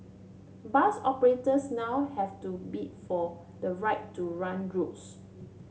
bus operators now have to bid for the right to run routes